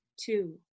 two